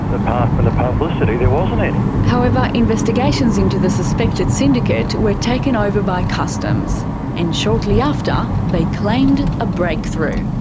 apart from the publicity there wasn't any. however, investigations into the suspected syndicate were taken over by customs and shortly after, they claimed a breakthrough.